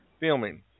filming